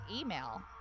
email